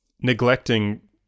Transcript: neglecting